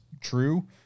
true